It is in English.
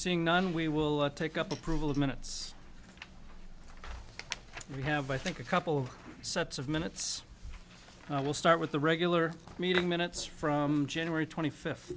seeing none we will take up approval of minutes we have i think a couple of sets of minutes will start with the regular meeting minutes from january twenty fifth